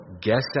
guess